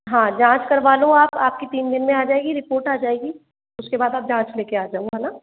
हाँ जाँच करवा लो आप आप की तीन दिन में आ जाएगी रिपोर्ट आ जाएगी उस के बाद आप जाँच ले के आ जाओ है ना